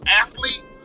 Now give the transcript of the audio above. athlete